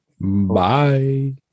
Bye